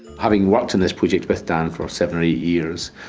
having worked on this project with dan for seven or eight years,